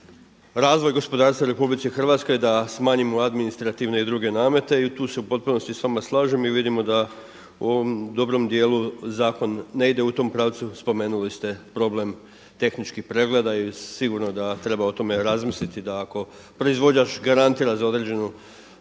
razvoj gospodarstva Republici Hrvatskoj, da smanjimo administrativne i druge namete i tu se u potpunosti sa vama slažem i vidimo da u ovom dobrom dijelu zakon ne ide u tom pravcu. Spomenuli ste problem tehničkih pregleda i sigurno da treba o tome razmisliti, da ako proizvođač garantira za određeno